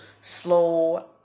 slow